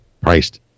priced